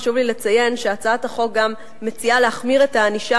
חשוב לי לציין שהצעת החוק גם מציעה להחמיר את הענישה